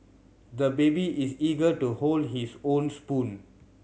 the baby is eager to hold his own spoon